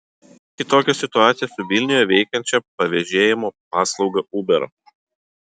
kiek kitokia situacija su vilniuje veikiančia pavežėjimo paslauga uber